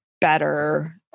better